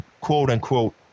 quote-unquote